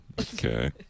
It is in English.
Okay